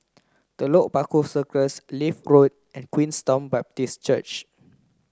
Telok Paku Circus Leith Road and Queenstown Baptist Church